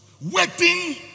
waiting